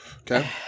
Okay